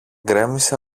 γκρέμισε